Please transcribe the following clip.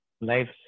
life